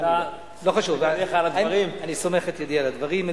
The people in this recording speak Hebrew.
אני סומך את ידי על הדברים.